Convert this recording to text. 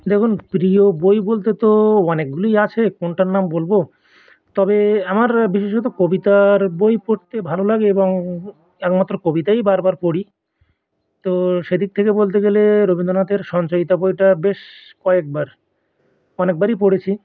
দেখুন প্রিয় বই বলতে তো অনেকগুলোই আছে কোনটার নাম বলব তবে আমার বিশেষত কবিতার বই পড়তে ভালো লাগে এবং একমাত্র কবিতাই বার বার পড়ি তো সেদিক থেকে বলতে গেলে রবীন্দ্রনাথের সঞ্চয়িতা বইটা বেশ কয়েকবার অনেকবারই পড়েছি